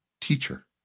teacher